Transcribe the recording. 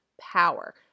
power